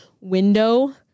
window